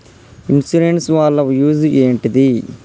Insurance వాళ్ల use ఏంటిది?